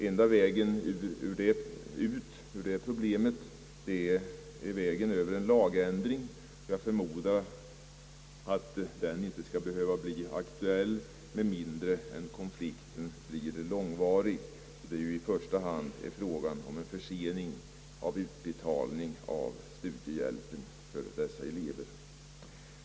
Enda vägen ut ur problemet är vägen över en lagändring, och jag förmodar att den inte skall behöva bli aktuell med mindre än att konflikten blir långvarig. Det är ju i första hand fråga om en försening av utbetalningen av studiehjälpen till dessa elever.